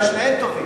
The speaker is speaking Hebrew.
שניהם טובים.